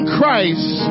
Christ